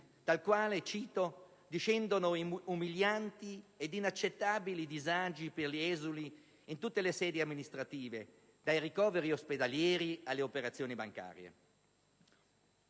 dal quale - cito - «discendono umilianti ed inaccettabili disagi per gli esuli in tutte le sedi amministrative, dai ricoveri ospedalieri alle operazioni bancarie».